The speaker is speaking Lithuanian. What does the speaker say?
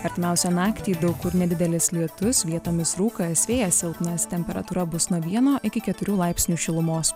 artimiausią naktį daug kur nedidelis lietus vietomis rūkas vėjas silpnas temperatūra bus nuo vieno iki keturių laipsnių šilumos